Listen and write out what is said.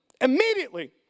Immediately